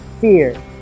fear